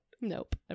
Nope